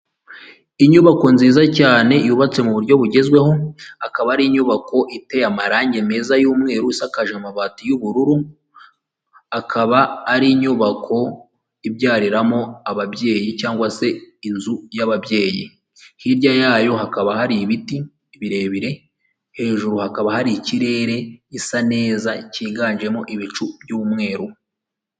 Inyubako nziza cyane yubatse mu buryo bugezweho, akaba ari inyubako iteye amarange meza y'umweru, isakaje amabati y'ubururu. Akaba ari inyubako ibyariramo ababyeyi cyangwa se inzu y'ababyeyi, hirya yayo hakaba hari ibiti birebire, hejuru hakaba hari ikirere gisa neza cyiganjemo ibicu by'umweru.